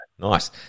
Nice